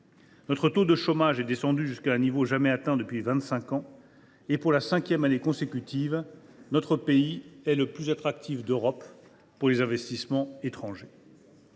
Notre taux de chômage est descendu jusqu’à un niveau jamais atteint depuis vingt cinq ans et, pour la cinquième année consécutive, notre pays est le plus attractif d’Europe pour les investissements étrangers.